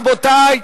רבותי.